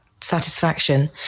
satisfaction